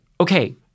okay